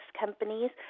companies